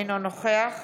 אינו נוכח